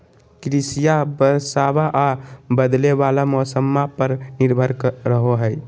कृषिया बरसाबा आ बदले वाला मौसम्मा पर निर्भर रहो हई